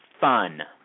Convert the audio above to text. fun